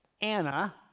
Anna